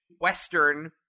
western